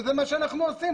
וזה מה שאנחנו עושים.